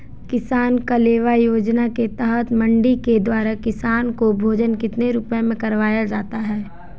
किसान कलेवा योजना के तहत मंडी के द्वारा किसान को भोजन कितने रुपए में करवाया जाता है?